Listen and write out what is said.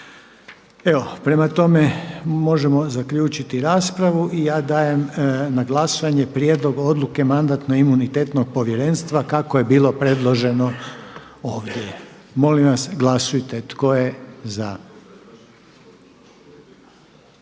Evo prema tome možemo zaključiti raspravu. I ja dajem na glasovanje prijedlog odluke Mandatno-imunitetnog povjerenstva kako je bilo predloženo ovdje. Molim vas glasujte tko je za?